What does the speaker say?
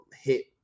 hit